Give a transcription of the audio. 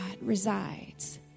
resides